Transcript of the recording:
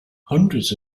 hundreds